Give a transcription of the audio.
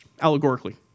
allegorically